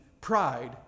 pride